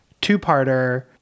two-parter